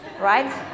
right